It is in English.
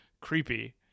creepy